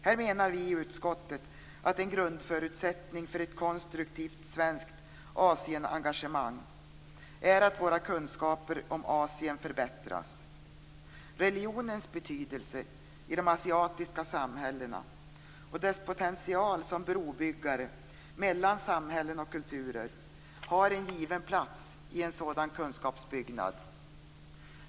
Här menar utskottet att en grundförutsättning för ett konstruktivt svenskt Asienengagemang är att våra kunskaper om Asien förbättras. Religionens betydelse i de asiatiska samhällena och dess potential som brobyggare mellan samhällen och kulturer har en given plats i en sådan kunskapsbyggnad.